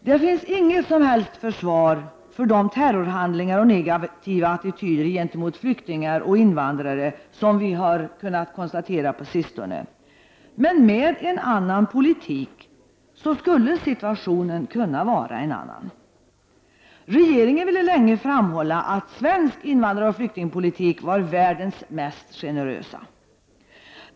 Det finns inget som helst försvar för terrorhandlingar och de negativa attityder gentemot flyktingar och invandrare som vi kunnat iaktta på sistone. Med en annan politik skulle situationen kunna vara en annan. Regeringen ville länge framhålla att svensk invandraroch flyktingpolitik var världens mest generösa.